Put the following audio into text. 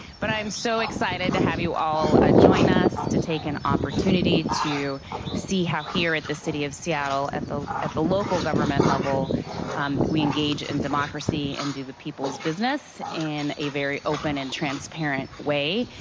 but i'm so excited to have you all ah join us to take an opportunity to see how here at the city of seattle, at the at the local government level we engage in democracy and do the peoples' business in a very open and transparent way.